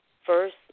First